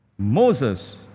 Moses